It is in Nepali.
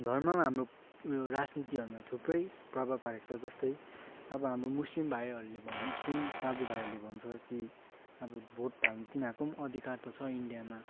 धर्ममा हाम्रो उयो राजनीतिहरूमा थुप्रै प्रभाव पारेको छ जस्तै अब हाम्रो मुस्लिम भाइहरूले मुस्लिम दाजु भाइहरूले भन्छ कि अब भोट हाल्नु तिनीहरूको पनि अधिकार त छ इन्डियामा